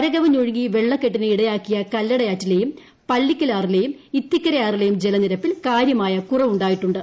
കരകവിഞ്ഞൊഴുകി വെള്ളക്കെട്ടിന് ഇടയാക്കിയ കല്ലടയാറ്റിലെയും പള്ളിക്കലാറിലെയും ഇത്തിക്കരയാറിലെയും ജലനിരപ്പിൽ കാര്യമായ കുറവുണ്ടായിട്ടുണ്ട്